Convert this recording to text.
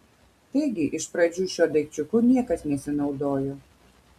taigi iš pradžių šiuo daikčiuku niekas nesinaudojo